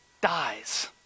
dies